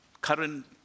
current